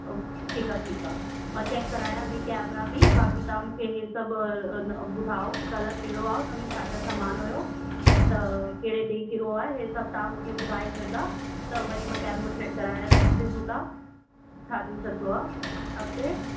ठीकु आहे ठीकु आहे मां चैक करायां थी कैमरा बि बाक़ी तव्हां मूंखे हे सभु ॿुधायो की कलर कहिड़ो आहे हुन में छा छा सामानु हुयो त कहिड़े ॾींहुं किरियो आहे हे सभु तव्हां मूंखे ॿुधाए छॾिजो त वरी मां कैमरो चैक करायां थी ॾिसो तव्हां छा थी सघंदो आहे अॻिते